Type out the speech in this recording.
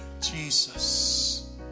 Jesus